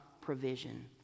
provision